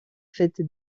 fête